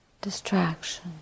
distraction